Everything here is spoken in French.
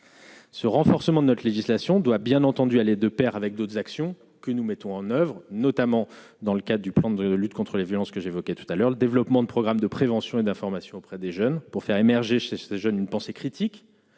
Ce renforcement de notre législation doit bien entendu aller de Pair avec d'autres actions que nous mettons en oeuvre, notamment dans le cas du plan de lutte contre les violences que j'évoquais tout à l'heure, le développement de programmes de prévention et d'information auprès des jeunes pour faire émerger chez ces jeunes une pensée critique